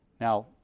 Now